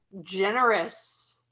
generous